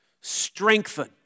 Strengthen